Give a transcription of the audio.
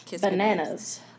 Bananas